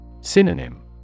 Synonym